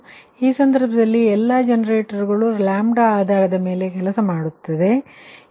ಆದ್ದರಿಂದ ಈ ಸಂದರ್ಭದಲ್ಲಿ ಎಲ್ಲಾ ಜನರೇಟರ್ಗಳು λ ಆಧಾರದ ಮೇಲೆ ಕೆಲಸ ಮಾಡುತ್ತದೆ ಎಂದು ಹೇಳಬಹುದು